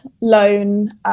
loan